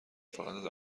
فقط